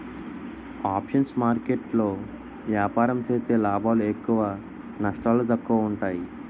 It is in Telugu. ఆప్షన్స్ మార్కెట్ లో ఏపారం సేత్తే లాభాలు ఎక్కువ నష్టాలు తక్కువ ఉంటాయి